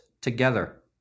together